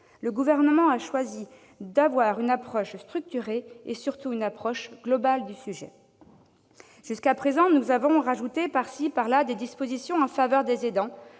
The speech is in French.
le Gouvernement a choisi d'adopter une approche structurée et, surtout, globale du sujet. Jusqu'à présent, nous avons ajouté par-ci par-là des dispositions en faveur des aidants,